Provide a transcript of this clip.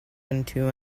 into